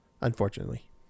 unfortunately